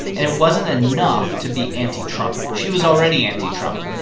and it wasn't enough to be anti-trump. she was already anti-trump.